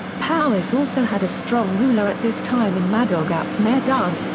powys also had a strong ruler at this time in madog ap maredudd,